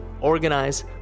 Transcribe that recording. organize